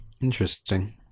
Interesting